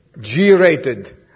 G-rated